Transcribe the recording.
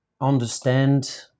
understand